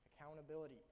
Accountability